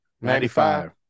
Ninety-five